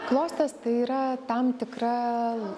klostės tai yra tam tikra